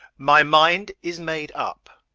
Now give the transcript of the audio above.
my mind is made up.